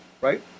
right